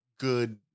good